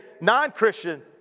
non-Christian